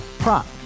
Prop